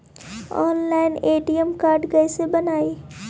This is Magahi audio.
ऑनलाइन ए.टी.एम कार्ड कैसे बनाई?